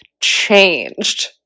changed